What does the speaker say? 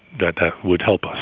that that would help